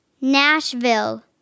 Nashville